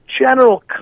general